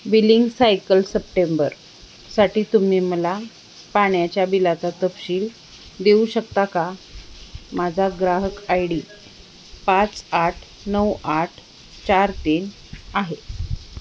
billing cycle सप्टेंबरसाठी तुम्ही मला पाण्याच्या बिलाचा तपशील देऊ शकता का माझा ग्राहक आय डी पाच आठ नऊ आठ चार तीन आहे